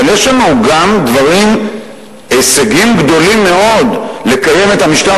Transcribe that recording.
אבל יש לנו גם הישגים גדולים מאוד לקיים את המשטר